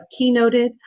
keynoted